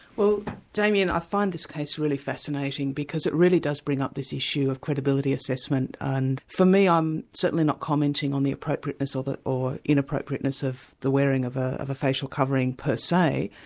well damien, i find this case really fascinating, because it really does bring up this issue of credibility assessment, and for me, i'm certainly not commenting on the appropriateness or the inappropriateness of the wearing of ah of a facial covering per se,